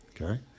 okay